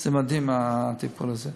זה מדהים, הטיפול הזה.